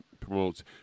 promotes